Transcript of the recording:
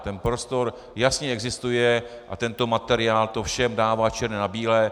Ten prostor jasně existuje a tento materiál to všem dává černé na bílé.